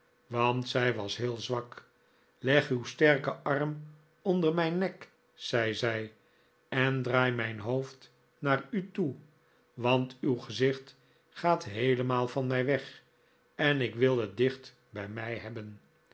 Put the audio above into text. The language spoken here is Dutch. want zij was heel zwak leg uw sterken arm onder mijn nek zei zij en draai mijn hoofd naar u toe want uw gezicht gaat heelemaal van mij weg en ik wil het dicht bij mij hebben